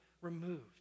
removed